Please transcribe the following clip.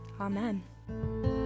amen